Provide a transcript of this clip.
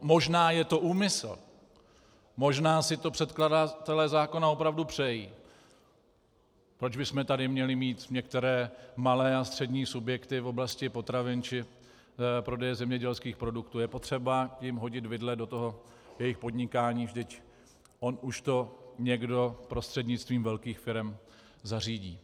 Možná je to úmysl, možná si to předkladatelé zákona opravdu přejí proč bychom tady měli mít některé malé a střední subjekty v oblasti potravin či prodeje zemědělských projektů, je potřeba jim hodit vidle do jejich podnikání, vždyť on už to někdo prostřednictvím velkých firem zařídí.